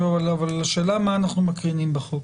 השאלה מה אנחנו מקרינים בחוק.